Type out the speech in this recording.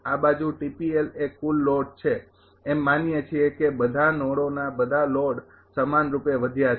આ બાજુ એ કુલ લોડ છે એમ માનીએ છીએ કે બધા નોડોના બધા લોડ સમાનરૂપે વધ્યા છે